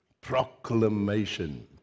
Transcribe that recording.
proclamation